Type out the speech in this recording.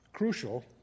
crucial